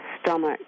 stomach